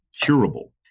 curable